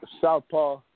southpaw